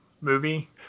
movie